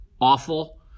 awful